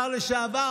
השר לשעבר,